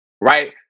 Right